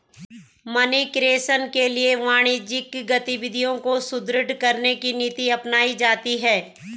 money creation के लिए वाणिज्यिक गतिविधियों को सुदृढ़ करने की नीति अपनाई जाती है